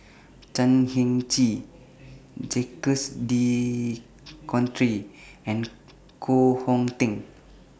Chan Heng Chee Jacques De Coutre and Koh Hong Teng